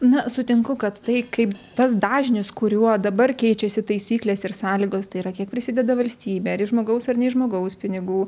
na sutinku kad tai kaip tas dažnis kuriuo dabar keičiasi taisyklės ir sąlygos tai yra kiek prisideda valstybė ir iš žmogaus ar ne iš žmogaus pinigų